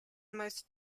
most